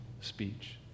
speech